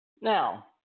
Now